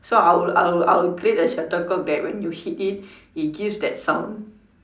so I will I will I will create a shuttlecock that when you hit it it gives that sound